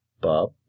Bob